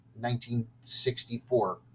1964